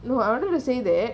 no I wanted to say that